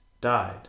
died